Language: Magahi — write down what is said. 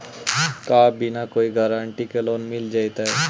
का बिना कोई गारंटी के लोन मिल जीईतै?